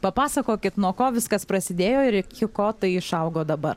papasakokit nuo ko viskas prasidėjo ir iki ko tai išaugo dabar